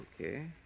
okay